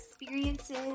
experiences